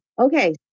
okay